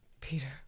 Peter